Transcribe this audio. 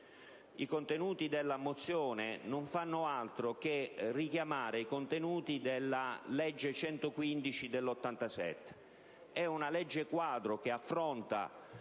I contenuti della mozione non fanno altro che richiamare quelli della legge n. 115 del 1987, una legge quadro che già affrontava